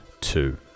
two